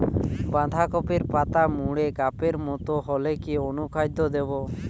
বাঁধাকপির পাতা মুড়ে কাপের মতো হলে কি অনুখাদ্য দেবো?